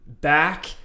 back